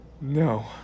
No